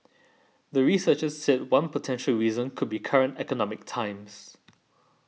the researchers said one potential reason could be current economic times